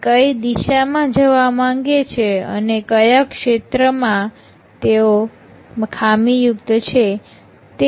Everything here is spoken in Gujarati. તે કઈ દિશામાં જવા માંગે છે અને ક્યાં ક્ષેત્રમાં તેઓ ખામીયુક્ત છે